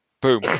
boom